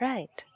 Right